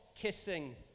kissing